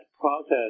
process